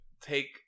take